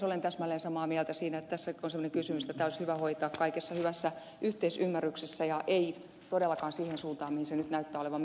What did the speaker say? olen täsmälleen samaa mieltä siinä että tässä on semmoinen kysymys että tämä olisi hyvä hoitaa kaikessa hyvässä yhteisymmärryksessä eikä todellakaan siihen suuntaan mihin se nyt näyttää olevan menossa